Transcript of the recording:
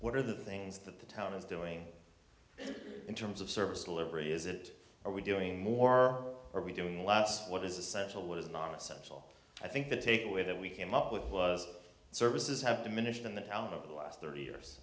what are the things that the town is doing in terms of service delivery is it are we doing more are we doing last what is essential what is not essential i think the takeaway that we came up with was services have diminished in the town over the last thirty years